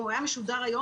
אם הוא היה משודר היום,